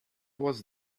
was